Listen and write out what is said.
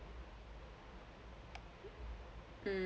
uh